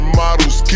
models